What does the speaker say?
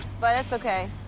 but it's okay.